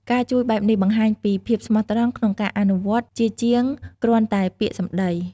ការជួយបែបនេះបង្ហាញពី ភាពស្មោះត្រង់ក្នុងការអនុវត្ត ជាជាងគ្រាន់តែពាក្យសម្ដី។